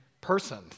person